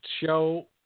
show